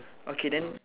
okay then